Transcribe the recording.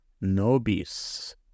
Nobis